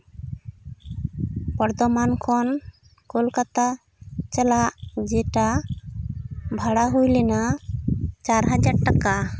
ᱵᱚᱨᱫᱷᱚᱢᱟᱱ ᱠᱷᱚᱱ ᱠᱳᱞᱠᱟᱛᱟ ᱪᱟᱞᱟᱜ ᱡᱮᱴᱟ ᱵᱷᱟᱲᱟ ᱦᱩᱭ ᱞᱮᱱᱟ ᱪᱟᱨ ᱦᱟᱡᱟᱨ ᱴᱟᱠᱟ